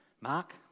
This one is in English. Mark